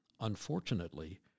Unfortunately